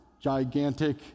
gigantic